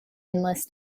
endless